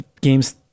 games